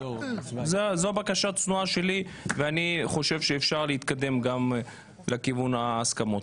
זו הבקשה הצנועה שלי ואני חושב שאפשר להתקדם לכיוון ההסכמות.